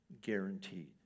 guaranteed